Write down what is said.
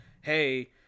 hey